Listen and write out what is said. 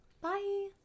Bye